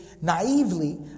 naively